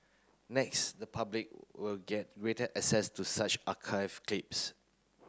next the public will get greater access to such archived clips